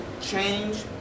change